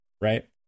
right